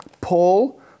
Paul